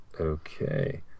okay